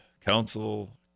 Council